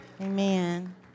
amen